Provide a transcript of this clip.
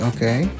Okay